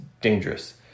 dangerous